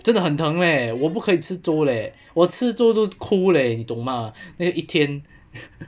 真的很疼咧我不可以吃粥咧我吃粥都哭咧你懂吗那个一天